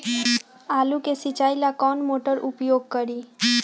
आलू के सिंचाई ला कौन मोटर उपयोग करी?